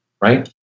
right